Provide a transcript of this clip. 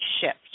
shift